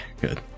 good